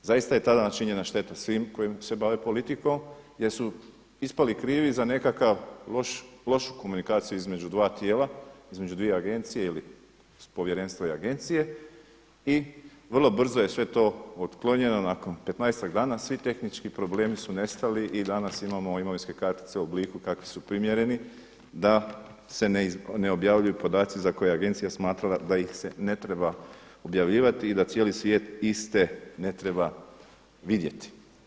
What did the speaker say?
Zaista je tada načinjena šteta svim koji se bave politikom jer su ispali krivi za nekakav, lošu komunikaciju između dva tijela, između dvije agencije ili povjerenstva i agencije i vrlo brzo je sve to otklonjeno nakon petnaestak dana svi tehnički problemi su nestali i danas imamo imovinske kartice u obliku kakvi su primjereni da se ne objavljuju podaci za koje je agencija smatrala da ih se ne treba objavljivati i da cijeli svijet iste ne treba vidjeti.